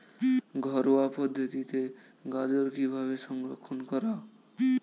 ঘরোয়া পদ্ধতিতে গাজর কিভাবে সংরক্ষণ করা?